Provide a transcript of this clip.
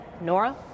Nora